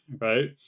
right